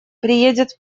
приедет